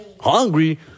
Hungry